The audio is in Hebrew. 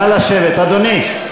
נא לשבת, אדוני.